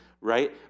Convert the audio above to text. right